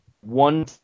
One